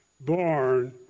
born